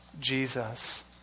Jesus